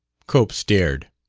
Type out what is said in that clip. cope stared.